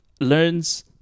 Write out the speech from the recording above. learns